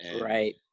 right